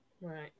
Right